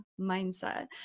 mindset